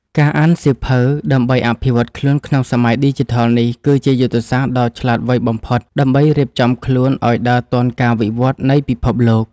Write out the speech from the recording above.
ការអានសៀវភៅដើម្បីអភិវឌ្ឍខ្លួនក្នុងសម័យឌីជីថលនេះ គឺជាយុទ្ធសាស្ត្រដ៏ឆ្លាតវៃបំផុតដើម្បីរៀបចំខ្លួនឱ្យដើរទាន់ការវិវឌ្ឍនៃពិភពលោក។